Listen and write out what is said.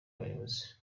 abayobozi